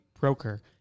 Broker